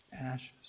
ashes